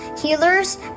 healers